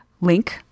link